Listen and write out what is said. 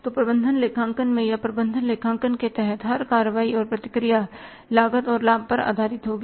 तो प्रबंधन लेखांकन में या प्रबंधन लेखांकन के तहत हर कार्रवाई और प्रतिक्रिया लागत और लाभ पर आधारित होगी